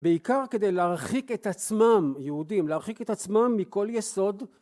בעיקר כדי להרחיק את עצמם יהודים להרחיק את עצמם מכל יסוד